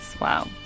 wow